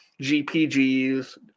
GPGs